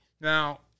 Now